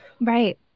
right